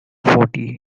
fourty